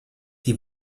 die